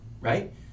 right